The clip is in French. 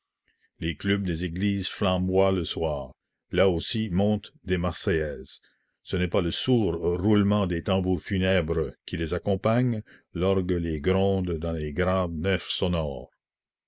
les clubs des églises flamboient le soir là aussi montent des marseillaises ce n'est pas le sourd roulement des tambours funèbres qui les accompagne l'orgue les gronde dans les grandes nefs sonores